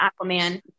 Aquaman